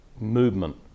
movement